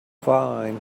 fine